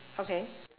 okay